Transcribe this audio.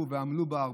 שעמלו ופעלו בה הרבה,